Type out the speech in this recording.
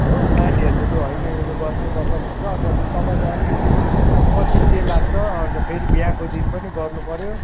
हो नानीहरू लु होइन यो त गर्नैपर्छ भन्छ अन्त लु तपाईँले अलिकति कति के लाग्छ अन्त फेरि बिहाको दिन पनि गर्नुपऱ्यो